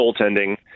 goaltending